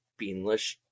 beanless